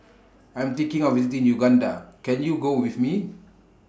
I'm thinking of visiting Uganda Can YOU Go with Me